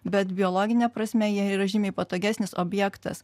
bet biologine prasme jie yra žymiai patogesnis objektas